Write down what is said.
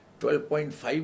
12.5